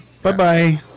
Bye-bye